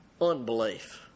unbelief